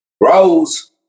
Rose